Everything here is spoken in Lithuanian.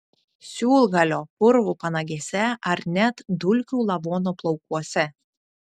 siūlgalio purvo panagėse ar net dulkių lavono plaukuose